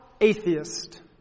atheist